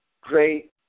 great